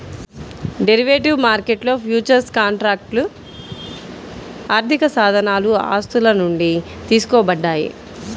derivative మార్కెట్లో futures కాంట్రాక్ట్లు ఆర్థికసాధనాలు ఆస్తుల నుండి తీసుకోబడ్డాయి